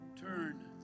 turn